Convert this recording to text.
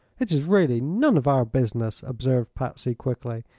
it is really none of our business, observed patsy, quickly.